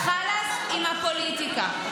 חלאס עם הפוליטיקה.